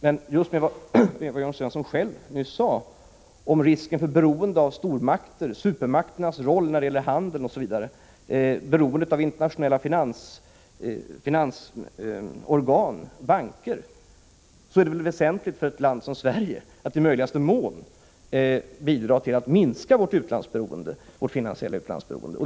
Men just med hänsyn till vad Jörn Svensson själv nyss sade om risken för beroende av stormakter, supermakternas roll när det gäller handeln osv., beroendet av internationella finansieringsorgan och banker, är det väsentligt för ett land som Sverige att i möjligaste mån minska sitt finansiella utlandsberoende.